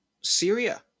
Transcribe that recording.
Syria